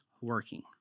working